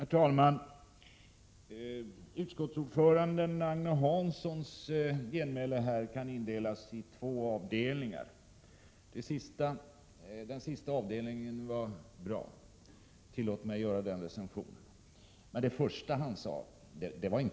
Herr talman! Utskottsordföranden Agne Hanssons genmäle kan indelas i två avdelningar. Tillåt mig göra den recensionen att den andra avdelningen var bra.